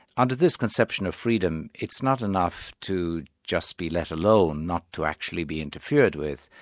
under this conception of freedom, it's not enough to just be let alone, not to actually be interfered with.